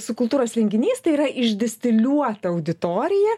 su kultūros renginiais tai yra išdistiliuota auditorija